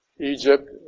Egypt